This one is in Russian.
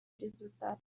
результатах